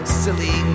silly